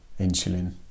insulin